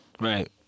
Right